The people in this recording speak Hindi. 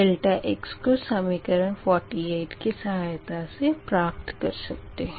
∆x को समीकरण 48 की सहयाता से प्राप्त कर सकते है